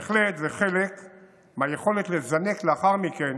זה בהחלט חלק מהיכולת לזנק לאחר מכן